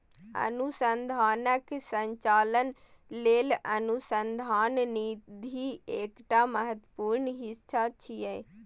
अनुसंधानक संचालन लेल अनुसंधान निधि एकटा महत्वपूर्ण हिस्सा छियै